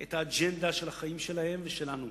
את האג'נדה של החיים שלהם ושלנו,